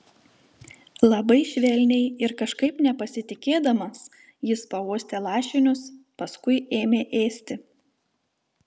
labai švelniai ir kažkaip nepasitikėdamas jis pauostė lašinius paskui ėmė ėsti